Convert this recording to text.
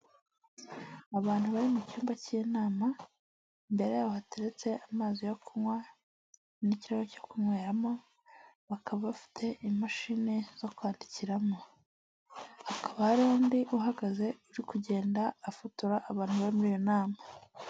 Abantu bari mu cyumba cy'inama ,imbere yaho hateretse amazi yo kunywa ,n'ikirahure cyo kunyweramo bakaba bafite imashini zo kwandikiramo hakaba undi uhagaze uri kugenda afotora abantu bari muriyo nama.